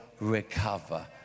recover